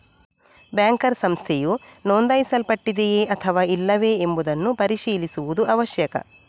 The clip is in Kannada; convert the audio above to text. ಬ್ಯಾಂಕರ್ ಸಂಸ್ಥೆಯು ನೋಂದಾಯಿಸಲ್ಪಟ್ಟಿದೆಯೇ ಅಥವಾ ಇಲ್ಲವೇ ಎಂಬುದನ್ನು ಪರಿಶೀಲಿಸುವುದು ಅವಶ್ಯಕ